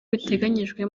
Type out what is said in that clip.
biteganyijwe